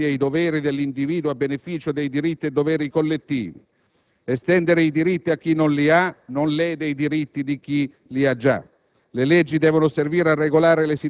Non si possono negare i diritti e i doveri dell'individuo a beneficio dei diritti e doveri collettivi. Estendere i diritti a chi non li ha non lede i diritti di chi li ha già.